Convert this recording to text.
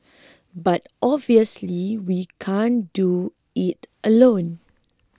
but obviously we can't do it alone